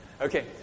Okay